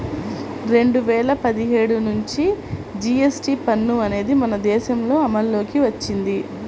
రెండు వేల పదిహేడు నుంచి జీఎస్టీ పన్ను అనేది మన దేశంలో అమల్లోకి వచ్చింది